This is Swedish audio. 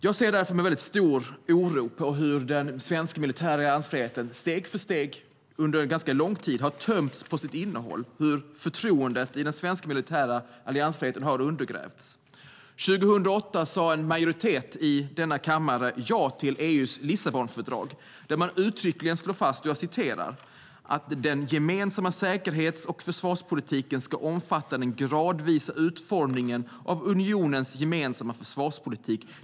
Jag ser med oro på hur den svenska militära alliansfriheten steg för steg under ganska lång tid har tömts på sitt innehåll och hur förtroendet för den svenska militära alliansfriheten har undergrävts. År 2008 sade en majoritet i denna kammare ja till EU:s Lissabonfördrag där man uttryckligen slår fast att den gemensamma säkerhets och försvarspolitiken ska omfatta den gradvisa utformningen av unionens gemensamma försvarspolitik.